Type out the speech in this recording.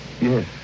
Yes